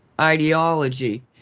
ideology